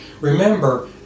Remember